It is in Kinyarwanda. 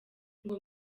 ngo